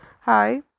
Hi